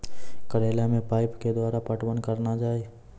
करेला मे पाइप के द्वारा पटवन करना जाए?